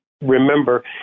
remember